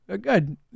good